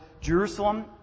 Jerusalem